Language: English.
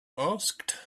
asked